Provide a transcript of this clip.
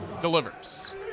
Delivers